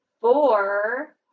four